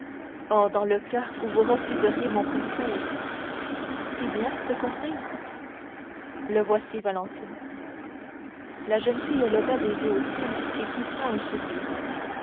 oh dans le cas où vous refuseriez mon conseil eh bien ce conseil le voici valentine la jeune fille leva les yeux au ciel et poussa un soupir